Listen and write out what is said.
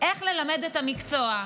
איך ללמד את המקצוע.